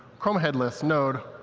chrome headless, node.